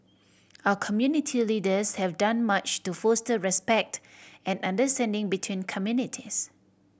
our community leaders have done much to foster respect and understanding between communities